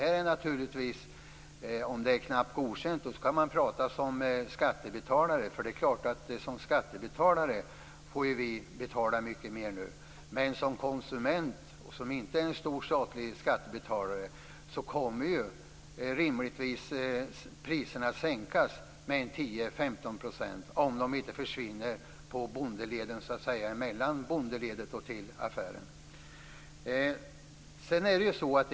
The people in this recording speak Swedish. Om man anser att det här är knappt godkänt skall man prata som skattebetalare, för som skattebetalare är det klart att vi får betala mycket mer nu. Men för konsumenten som inte är en stor statlig skattebetalare kommer rimligtvis priserna att sänkas med 10-15 %, om inte sänkningen försvinner på vägen mellan bondeledet och affären.